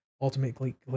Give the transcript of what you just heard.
ultimately